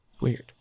Weird